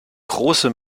große